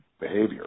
behavior